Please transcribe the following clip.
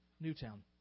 Newtown